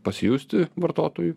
pasijusti vartotojui